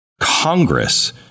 Congress